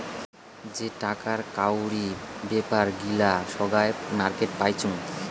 যেটাকা কাউরি বেপার গিলা সোগায় মার্কেটে পাইচুঙ